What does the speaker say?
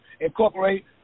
incorporate